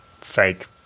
fake